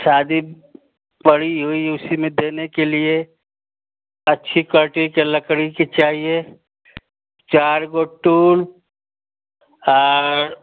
शादी पड़ी हुई उसी में देने के लिए अच्छी क्वाल्टी लकड़ी की चाहिए चार गो टूल और